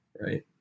right